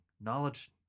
knowledge